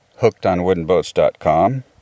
hookedonwoodenboats.com